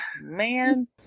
Man